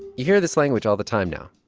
you hear this language all the time now,